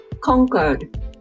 conquered